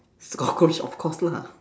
cockroach of course lah